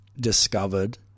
discovered